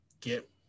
get